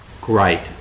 great